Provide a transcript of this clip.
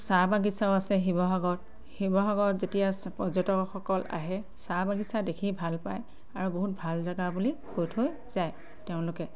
চাহ বাগিচাও আছে শিৱসাগৰত শিৱসাগৰত যেতিয়া পৰ্যটকসকল আহে চাহ বাগিচা দেখি ভাল পায় আৰু বহুত ভাল জেগা বুলি কৈ থৈ যায় তেওঁলোকে